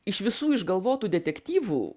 iš visų išgalvotų detektyvų